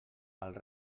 pels